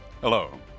Hello